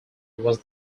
was